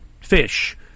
fish